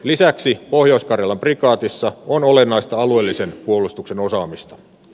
lisäksi pohjois karjalan prikaatissa on olennaista alueellisen puolustuksen osaomisto